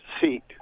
seat